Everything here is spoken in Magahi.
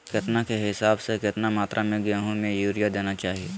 केतना के हिसाब से, कितना मात्रा में गेहूं में यूरिया देना चाही?